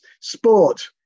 sport